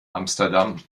amsterdam